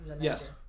Yes